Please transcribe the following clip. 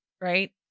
right